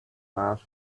mars